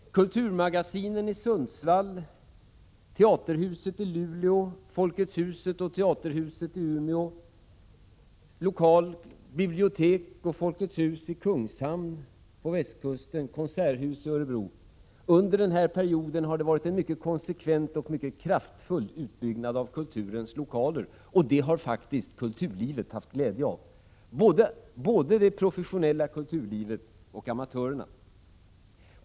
Kulturmagasinen i Sundsvall, teaterhuset i Luleå, Folkets hus och teaterhuset i Umeå, lokalt, bibliotek och Folkets hus i Kungshamn på västkusten och konserthuset i Örebro — under perioden har det varit en mycket konsekvent och mycket kraftfull utbyggnad av kulturens lokaler, och det har faktiskt kulturlivet haft glädje av, både det professionella kulturlivet och amatörerna.